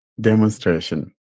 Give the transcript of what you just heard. demonstration